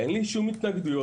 אין לי שום התנגדויות,